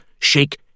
shake